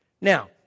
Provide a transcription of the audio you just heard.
Now